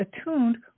attuned